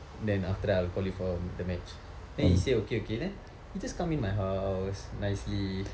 then after that I will call you for the match then he said okay okay then he just come in my house nicely